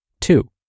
Two